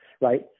right